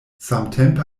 samtempe